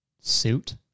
Suit